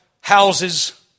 houses